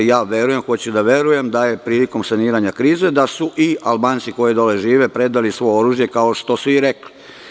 Ja hoću da verujem da su prilikom saniranja krize i Albanci koji dole žive predali svo oružje, kao što su i rekli.